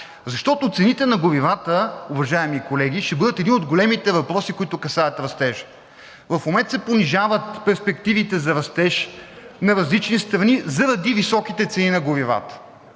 Защото цените на горивата, уважаеми колеги, ще бъдат едни от големите въпроси, които касаят перспективите за растеж на различни страни заради високите цени на горивата,